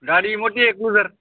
गाडी मोठी एक कूझर